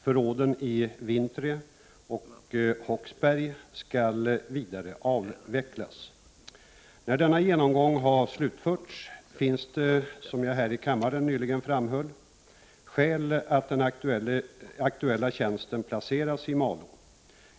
Förråden i Vintrie och Håksberg skall vidare avvecklas. När denna genomgång har slutförts finns det, som jag här i kammaren nyligen framhöll, skäl att den aktuella tjänsten placeras i Malå.